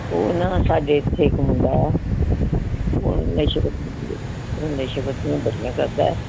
ਉਹ ਨਾ ਸਾਡੇ ਇੱਥੇ ਇੱਕ ਮੁੰਡਾ ਹੈ ਉਹ ਨਸ਼ੇ ਪੱਤੇ ਉਹ ਨਸ਼ੇ ਪੱਤੀਆਂ ਬੜੀਆਂ ਕਰਦਾ ਹੈ